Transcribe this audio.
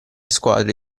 squadre